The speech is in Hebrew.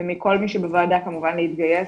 ומכל מי שבוועדה כמובן להתגייס,